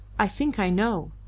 i think i know,